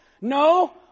No